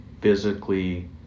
physically